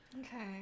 Okay